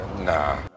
Nah